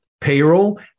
payroll